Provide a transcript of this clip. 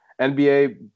NBA